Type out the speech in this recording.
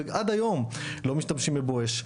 ועד היום לא משתמשים בבואש,